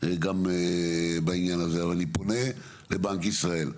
גם בעניין הזה, אבל אני פונה לבנק ישראל,